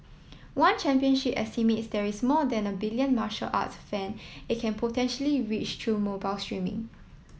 one Championship estimates there is more than a billion martial arts fan it can potentially reach through mobile streaming